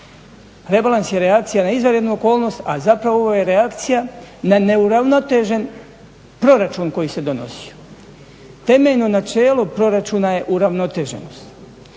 Rebalans je reakcija na izvanrednu okolnost a zapravo ovo je reakcija na neuravnotežen proračun koji se donosio. Temeljno načelo proračuna je uravnoteženost.